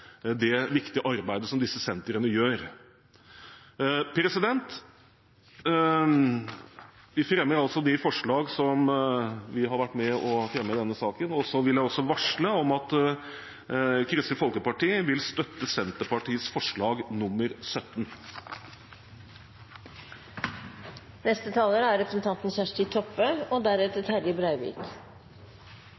det viktige arbeidet som disse sentrene gjør. Vi har fremmet de forslagene vi er med på i disse sakene, og jeg vil også varsle om at Kristelig Folkeparti vil støtte forslag nr. 17, fra Senterpartiet. Kjernen i Senterpartiets barne- og familiepolitikk er å bidra til å jamna ut forskjellar og